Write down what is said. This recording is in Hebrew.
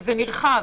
ונרחב